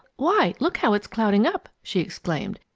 why, look how it's clouding up! she exclaimed.